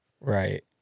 Right